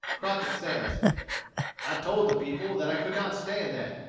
crockett says i told the people that i could not stand that.